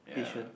patient